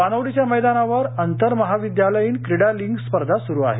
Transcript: वानवडीच्या मैदानावर आंतरमहाविद्यालयीन क्रीडा लीग स्पर्धा सुरु आहेत